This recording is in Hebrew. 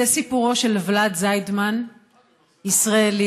זה סיפורו של ולד זיידמן, ישראלי,